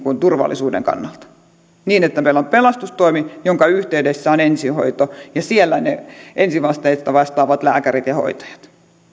turvallisuuden kannalta että meillä on pelastustoimi jonka yhteydessä on ensihoito ja siellä ne ensivasteesta vastaavat lääkärit ja hoitajat